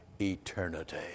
eternity